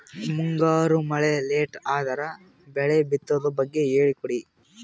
ಮುಂಗಾರು ಮಳೆ ಲೇಟ್ ಅದರ ಬೆಳೆ ಬಿತದು ಬಗ್ಗೆ ಹೇಳಿ ಕೊಡಿ?